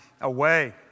away